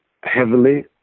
heavily